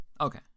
Okay